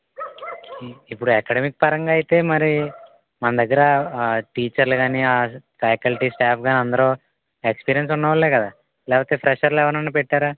ఇప్పుడు అకాడెమిక్ పరంగా అయితే మరి మన దగ్గర టీచర్లు కాని ఫ్యాకల్టీ స్టాఫ్ కాని అందరూ ఎక్స్పీరియన్స్ ఉన్నవాళ్ళే కదా లేకపోతే ఫ్రెషర్లని ఎవరినైనా పెట్టారా